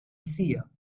seer